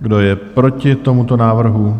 Kdo je proti tomuto návrhu?